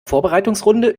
vorbereitungsrunde